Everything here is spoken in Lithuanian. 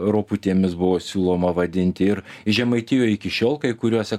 roputėmis buvo siūloma vadinti ir žemaitijoj iki šiol kai kuriuose